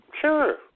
Sure